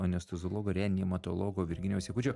anesteziologo reanimatologo virginijaus jakučio